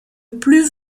plus